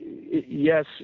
yes